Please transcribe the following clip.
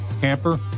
camper